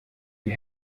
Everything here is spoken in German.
die